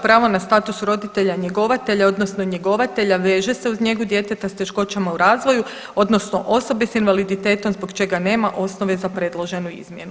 Pravo na status roditelja njegovatelja odnosno njegovatelja veže se uz njegu djeteta s teškoćama u razvoju odnosno osobe s invaliditetom zbog čega nema osnove za predloženu izmjenu.